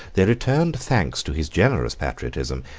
they returned thanks to his generous patriotism,